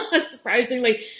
surprisingly